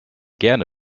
gerne